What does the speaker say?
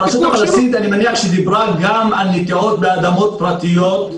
אני מניח שהרשות הפלסטינית דיברה גם על נטיעות באדמות פרטיות.